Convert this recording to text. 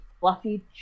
fluffy